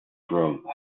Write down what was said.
home